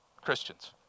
Christians